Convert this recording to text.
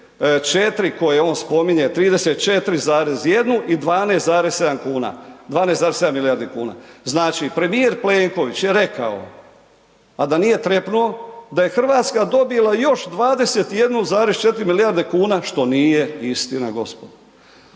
34 koje on spominje, 34,1 i 12,7 kuna, 12,7 milijardi kuna. Znači premijer Plenković je rekao, a da nije trepnuo, da je Hrvatska dobila još 21,4 milijarde kuna, što nije istina, gospodo.